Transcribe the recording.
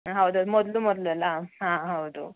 ಹೌದೌದು ಮೊದಲು ಮೊದಲೆಲ್ಲ ಹಾಂ ಹೌದು